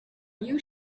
you